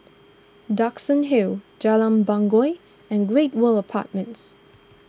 Duxton Hill Jalan Bangau and Great World Apartments